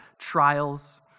trials